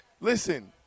listen